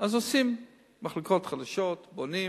אז עושים מחלקות חדשות, בונים,